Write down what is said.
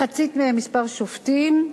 מחצית ממספר השופטים,